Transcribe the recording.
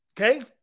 Okay